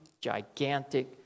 gigantic